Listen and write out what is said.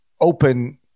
Open